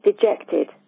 dejected